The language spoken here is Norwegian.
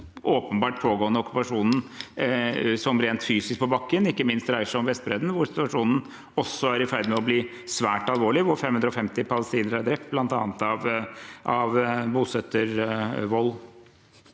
åpenbart pågående okkupasjonen som rent fysisk på bakken ikke minst dreier seg om Vestbredden, hvor situasjonen er i ferd med å bli svært alvorlig, og hvor 550 palestinere er drept av bl.a. bosettervold.